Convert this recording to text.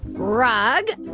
rug,